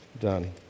done